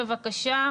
בבקשה,